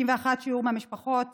61% מהמשפחות